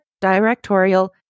directorial